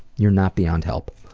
you're not beyond help.